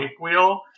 wheel